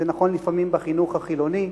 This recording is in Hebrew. זה נכון לפעמים בחינוך החילוני.